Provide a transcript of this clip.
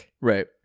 Right